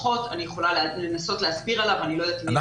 אני יכולה לנסות להסביר עליו אבל אני לא יודעת אם יש זמן.